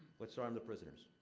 let's arm the prisoners.